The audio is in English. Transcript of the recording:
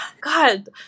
God